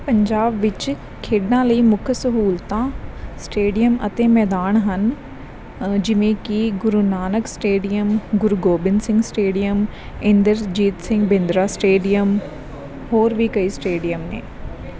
ਪੰਜਾਬ ਵਿੱਚ ਖੇਡਾਂ ਲਈ ਮੁੱਖ ਸਹੂਲਤਾਂ ਸਟੇਡੀਅਮ ਅਤੇ ਮੈਦਾਨ ਹਨ ਜਿਵੇਂ ਕਿ Guru Nanak stadium Guru Gobind Singh stadium Inderjit Singh Bindra stadium ਹੋਰ ਵੀ ਕਈ ਸਟੇਡੀਅਮ ਨੇ